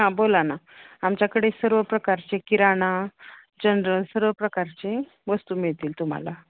हा बोला ना आमच्याकडे सर्व प्रकारचे किराणा चंदन सर्व प्रकारची वस्तू मिळतील तुम्हाला